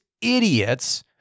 idiots